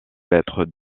lettres